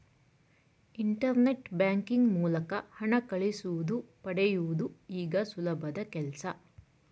internet banking ಮೂಲಕ ಹಣ ಕಳಿಸುವುದು ಪಡೆಯುವುದು ಈಗ ಸುಲಭದ ಕೆಲ್ಸ